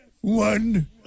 one